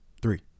three